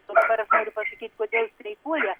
o dabar aš noriu pasakyt kodėl streikuoja